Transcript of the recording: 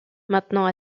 maintenant